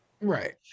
Right